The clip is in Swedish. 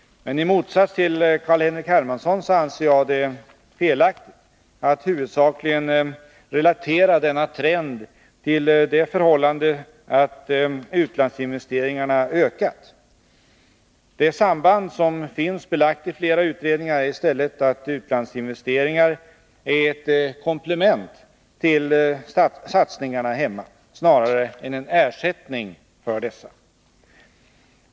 Men i motsats till C.-H. Hermansson anser jag det felaktigt att huvudsakligen relatera denna trend till det förhållandet att utlandsinvesteringarna ökat. Det samband som finns belagt i flera utredningar är i stället att utlandsinvesteringar är ett komplement till satsningarna hemma, snarare än en ersättning för dessa.